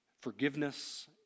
forgiveness